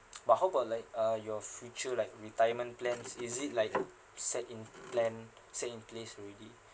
but how about like uh your future like retirement plans is it like set in plan set in place already